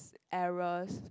errors